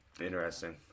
Interesting